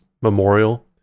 memorial